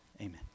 amen